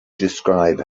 describe